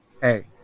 Hey